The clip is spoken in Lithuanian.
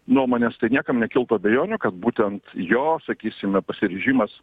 nuomonės tai niekam nekiltų abejonių kad būtent jo sakysime pasiryžimas